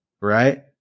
Right